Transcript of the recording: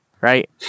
right